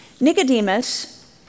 Nicodemus